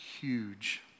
huge